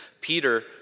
Peter